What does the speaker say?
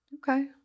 Okay